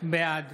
בעד